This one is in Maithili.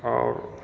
आओर